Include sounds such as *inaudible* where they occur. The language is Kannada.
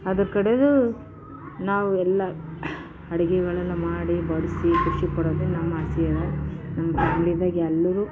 ಅದರ್ಕಡೆಲು ನಾವು ಎಲ್ಲ ಅಡುಗೆಗಳನ್ನ ಮಾಡಿ ಬಡಿಸಿ ಖುಷಿಪಡೋಂಗೆಲ್ಲ ಮಾಡಿಸ್ಯಾರ *unintelligible* ಎಲ್ಲರು